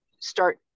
start